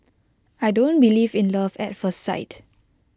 I don't believe in love at first sight